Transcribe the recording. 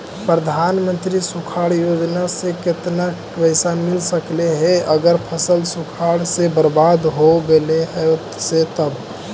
प्रधानमंत्री सुखाड़ योजना से केतना पैसा मिल सकले हे अगर फसल सुखाड़ से बर्बाद हो गेले से तब?